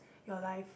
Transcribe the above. your life